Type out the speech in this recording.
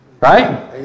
Right